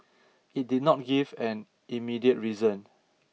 it did not give an immediate reason